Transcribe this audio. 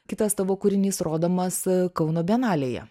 kitas tavo kūrinys rodomas kauno bienalėje